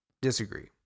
disagree